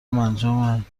انجام